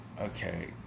Okay